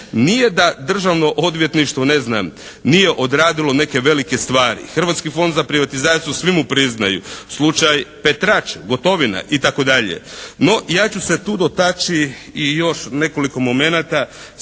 Nije da Državno odvjetništvo, ne znam, nije odradilo neke velike stvari. Hrvatski fond za privatizaciju svi mu priznaju, slučaj Petrač, Gotovina i tako dalje. No ja ću se tu dotaći i još nekoliko momenata.